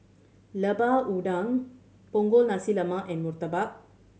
Lemper Udang Punggol Nasi Lemak and murtabak